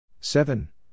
seven